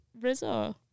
Rizzo